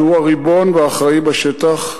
שהוא הריבון והאחראי בשטח,